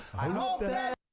i hope that